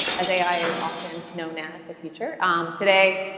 as ai is often known as the future today,